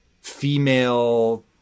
female